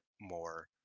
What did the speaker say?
more